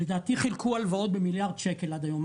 לדעתי, חילקו הלוואות במיליארד שקל עד היום.